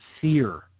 fear